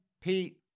Pete